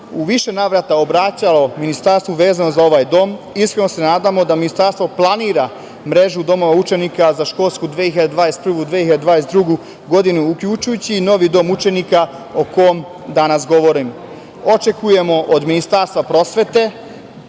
u više navrata obraćao Ministarstvu vezano za ovaj dom iskreno se nadamo da Ministarstvo planira mrežu domova učenika za školsku 2021/2022. godinu, uključujući i novi dom učenika o kome danas govorim. Očekujemo od Ministarstva prosvete,